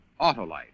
Autolite